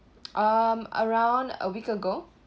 um around a week ago